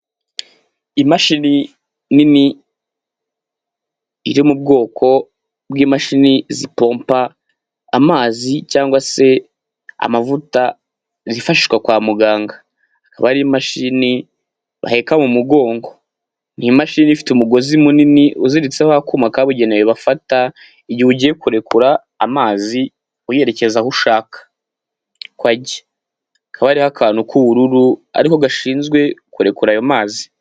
Imashini nini iri mu bwoko bw'imashini zipompa amazi cyangwa se amavuta zifashishwa kwa muganga akaba ari imashini baheka mu mugongo. Ni imashini ifite umugozi munini uziritseho akuma kabugenewe bafata igihe ugiye kurekura amazi uyerekeza aho ushaka ko ajya, hakaba hariho akantu k'ubururu ariko gashinzwe kurekura ayo mazi.